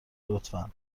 لطفا